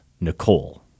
Nicole